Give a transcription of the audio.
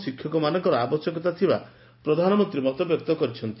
ଶିକ୍ଷକମାନଙ୍କର ଆବଶ୍ୟକତା ଥିବା ପ୍ରଧାନମନ୍ତା ମତବ୍ୟକ୍ତ କରିଛନ୍ତି